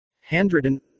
Handwritten